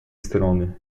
strony